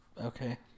okay